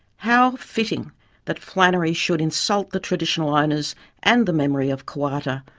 how fitting that flannery should insult the traditional owners and the memory of koowarta,